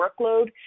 workload